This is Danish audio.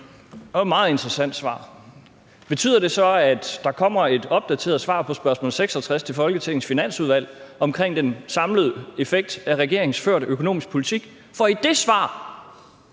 var et meget interessant svar. Betyder det så, at der kommer et opdateret svar på spørgsmål 66 til Folketingets Finansudvalg om den samlede effekt af regeringens førte økonomiske politik? For i det svar